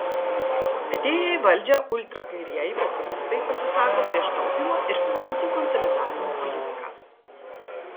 atėję į valdžią ultrakairieji populistai pasisako prieš taupymo ir finansų konsolidavimo politiką